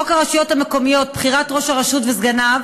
חוק הרשויות המקומיות (בחירת ראש הרשות וסגניו